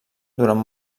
durant